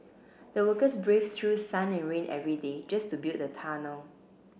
the workers braved through sun and rain every day just to build the tunnel